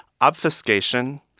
obfuscation